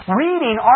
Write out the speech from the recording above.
reading